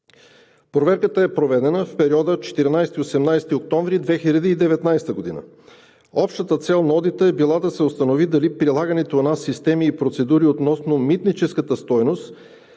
Проверката е проведена в периода 14 – 18 октомври 2019 г . Общата цел на одита е била да се установи дали прилаганите у нас системи и процедури относно митническата стойност